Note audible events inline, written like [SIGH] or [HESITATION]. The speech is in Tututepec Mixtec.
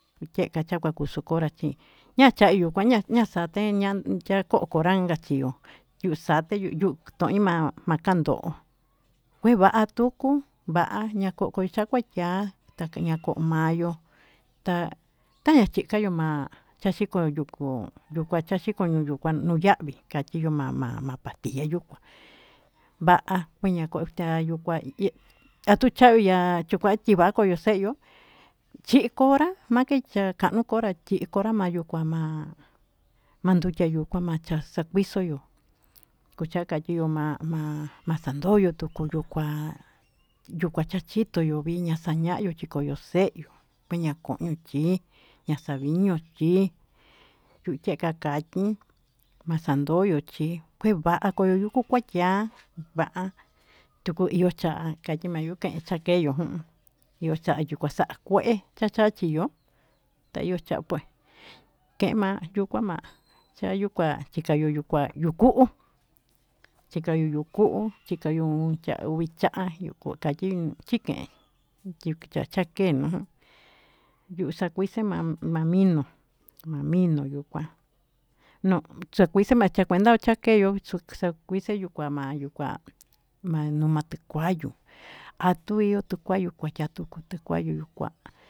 Tyie'ka chakua kusu kora ñacha'i ñasate ñand+ chako'o kora +ngachio yu'u sate yu'u ta'i ma kando'o kue va'a tuku va'a na koo koyo chakuatya taña chi'kayo macha xiko ko yukua cha xikoñu nu ya'vi katyiyo ma [HESITATION] pastilla yukua va'a kueña ko'yo ta yukua a tu cha'yo ya chaku'ya tyiva koyo se'yo chi'i kora make chaka'nu kora chi'iko ma yukua ma ndutya yukua ma cha sakuisoyo kucha'a katyiyo ma sandoyo tuku yukua yukua chachitoyo vi ña saña'yo chi koyo se'yo kueña ko nuchi yu'u tyi'eka katyi ma sandoyo chi kue va'a koyo yuku kuatya va'a tuku kue io cha katyi ma yu'u ke'en cha keyo j+'+n io cha'an sa'a kue'e chachachiyo ta io cha pues ke'en ma yukua ma chikayo yu'u ku'u chikayo yu'u ku'un chikoyo +n cha'a uvi cha'an yu'u katyi chike'en chakee j+'+n yu'u sa kuise ma mino ma mino yukua no sakuise ma chankuenda cha keyo sakuise ma yukua ma numa t+kuayu a tu io t+kuayu kuatya tuku yukua.